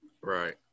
Right